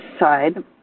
side